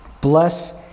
bless